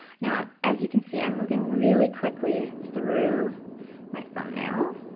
now as you can see i'm moving really quickly through my thumbnail.